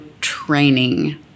training